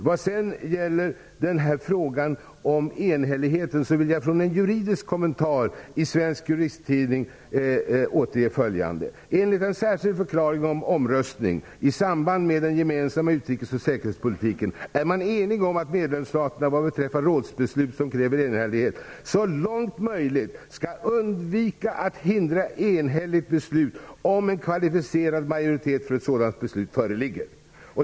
Vad sedan gäller frågan om enhälligheten vill jag från en juridisk kommentar i Svensk Juristtidning återge följande: ''Enligt en särskild förklaring om omröstning i samband med den gemensamma utrikes och säkerhetspolitiken är man enig om att medlemsstaterna, vad beträffar rådsbeslut som kräver enhällighet, så långt möjligt skall undvika att hindra ett enhälligt beslut, om en kvalificerad majoritet för ett sådant beslut föreligger.''